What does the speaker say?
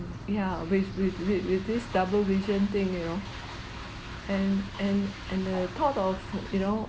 yeah with with with with this double vision thing you know and and and the thought of you know